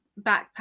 backpack